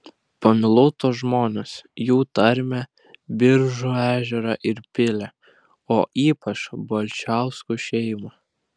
pamilau tuos žmones jų tarmę biržų ežerą ir pilį o ypač balčiauskų šeimą